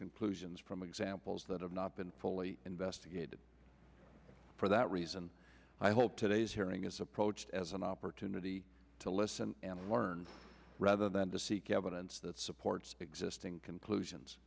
conclusions from the examples that have not been fully investigated for that reason i hope today's hearing is approached as an opportunity to listen and learn rather than to seek evidence that supports existing conclusions